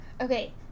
Okay